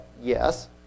yes